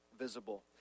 visible